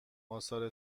آثار